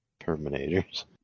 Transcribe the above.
Terminators